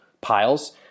piles